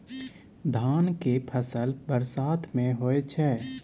धान के फसल बरसात में होय छै?